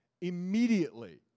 immediately